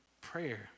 prayer